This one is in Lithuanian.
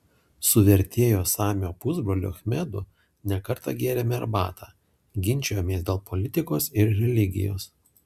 su vertėjo samio pusbroliu achmedu ne kartą gėrėme arbatą ginčijomės dėl politikos ir religijos